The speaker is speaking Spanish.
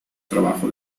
trabajo